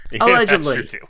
allegedly